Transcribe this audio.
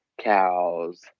cows